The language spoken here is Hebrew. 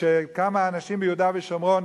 כשכמה אנשים ביהודה ושומרון,